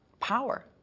power